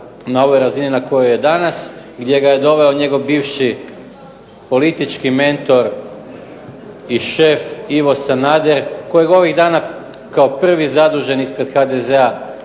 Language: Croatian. na ovoj razini na kojoj je danas gdje ga je doveo njegov bivši politički mentor i šef Ivo Sanader kojeg ovih dana kao prvi zaduženi ispred HDZ-a